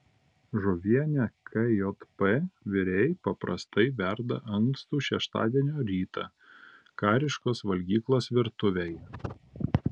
žuvienę kjp virėjai paprastai verda ankstų šeštadienio rytą kariškos valgyklos virtuvėje